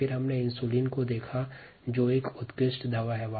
इसके बाद इंसुलिन जो मधुमेह के लिए एक उत्कृष्ट दवा है पर चर्चा हुई